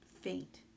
faint